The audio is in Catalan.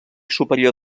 superior